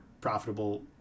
profitable